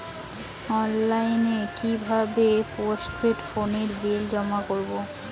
অনলাইনে কি ভাবে পোস্টপেড ফোনের বিল জমা করব?